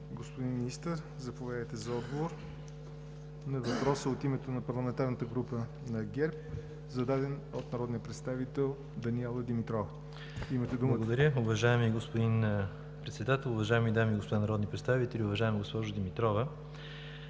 Господин Министър, заповядайте за отговор на въпроса от името на парламентарната група на ГЕРБ, зададен от народния представител Даниела Димитрова. Имате думата. МИНИСТЪР НЕНО ДИМОВ: Благодаря. Уважаеми господин Председател, уважаеми дами и господа народни представители! Уважаема госпожо Димитрова,